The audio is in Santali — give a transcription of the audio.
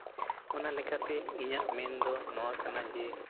ᱚᱱᱟ ᱞᱮᱠᱟᱛᱮ ᱤᱧᱟᱹᱜ ᱢᱮᱱ ᱫᱚ ᱱᱚᱣᱟ ᱠᱟᱱᱟ ᱡᱮ